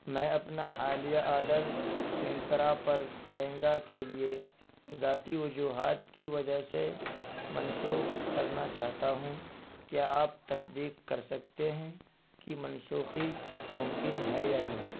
میں اپنا حالیہ آرڈر منترا پر لینگا کے لیے ذاتی وجوہات کی وجہ سے منسوخ کرنا چاہتا ہوں کیا آپ تصدیق کر سکتے ہیں کہ منسوخی ممکن ہے یا نہیں